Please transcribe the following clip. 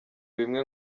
bimwe